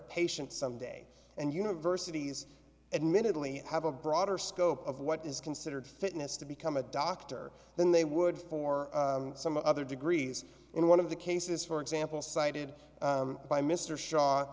patients some day and universities admittedly have a broader scope of what is considered fitness to become a doctor than they would for some other degrees in one of the cases for example cited by mr sh